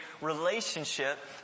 relationship